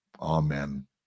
Amen